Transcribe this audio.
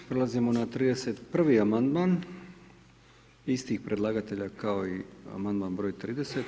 Prelazimo na 31. amandman istih predlagatelja kao i amandman br. 30.